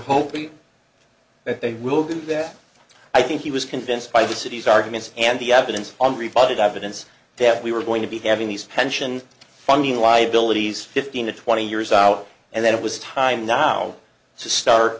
hoping that they will do that i think he was convinced by the city's arguments and the evidence on repotted evidence that we were going to be having these pension funding liabilities fifteen to twenty years out and then it was time now to start